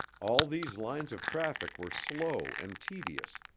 all these lines of traffic were slow and tedious,